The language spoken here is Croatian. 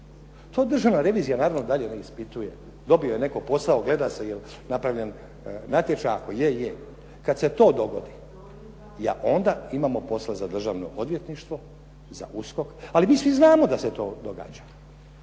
to državna revizija dalje ne ispituje dobio je netko posao, gleda se je li napravljen natječaj, ako je, je. Kada se to dogodi onda imamo posla za državno odvjetništvo za USKOK. Ali mi svi znamo da se to događa,